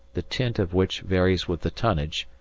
the tint of which varies with the tonnage,